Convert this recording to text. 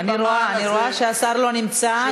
אני רואה שהשר לא נמצא.